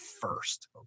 first